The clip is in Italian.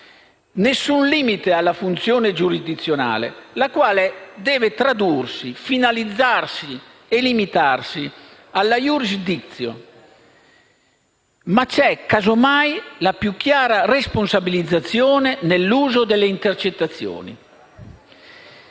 alcun limite alla funzione giurisdizionale, la quale deve tradursi, finalizzarsi e limitarsi alla *iurisdictio*. Ma c'è casomai la più chiara responsabilizzazione nell'uso delle intercettazioni.